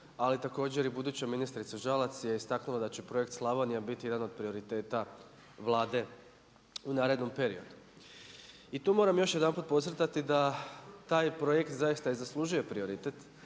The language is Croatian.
ali također i buduća ministrica Žalac je istaknula da će projekt Slavonija biti jedan od prioriteta Vlade u narednom periodu. I tu moram još jedanput podcrtati da taj projekt zaista je zaslužio prioritet